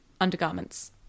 undergarments